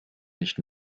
nicht